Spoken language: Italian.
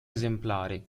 esemplare